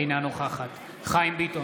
אינה נוכחת חיים ביטון,